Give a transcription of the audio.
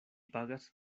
pagas